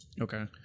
okay